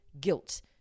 guilt